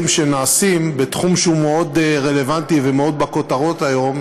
שנעשים בתחום שהוא מאוד רלוונטי ומאוד בכותרות היום,